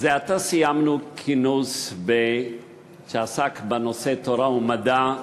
זה עתה סיימנו כינוס שעסק בנושא תורה ומדע,